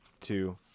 two